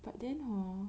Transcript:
but then hor